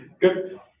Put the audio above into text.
Good